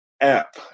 app